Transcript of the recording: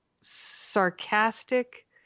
sarcastic